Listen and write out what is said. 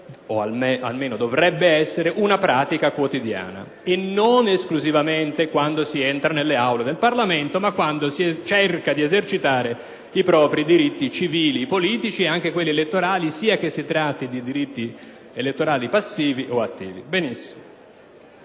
o almeno dovrebbe essere, una pratica quotidiana, da adottare non esclusivamente quando si entra nelle Aule del Parlamento ma quando si cerca di esercitare i propri diritti civili, politici ed anche elettorali, sia che si tratti di diritti di elettorato passivo che attivo. Benissimo: